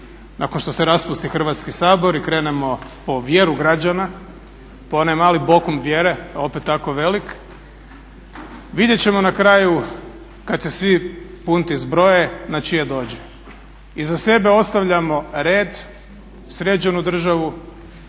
nakon što se raspusti Hrvatski sabor i krenemo po vjeru građana, po onaj mali bokum vjere a opet tako velik. Vidjet ćemo na kraju kad se svi punti zbroje na čije dođe. Iza sebe ostavljamo red, sređenu državu,